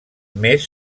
més